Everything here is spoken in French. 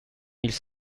mille